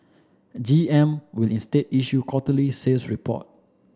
G M will instead issue quarterly sales report